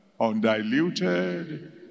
undiluted